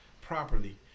properly